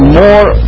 more